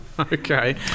Okay